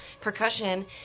percussion